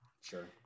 Sure